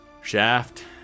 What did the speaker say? Shaft